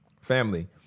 family